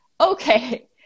okay